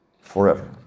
forever